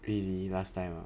really last time lah